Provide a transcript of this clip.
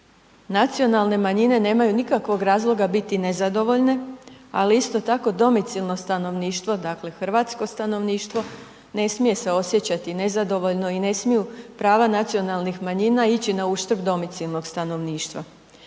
Nacionalne manjine nemaju nikakvog razloga biti nezadovoljne, ali isto tako domicilno stanovništvo, dakle hrvatsko stanovništvo ne smije se osjećati nezadovoljno i ne smiju prava nacionalnih manjina ići na uštrb domicilnog stanovništva.